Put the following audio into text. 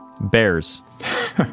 Bears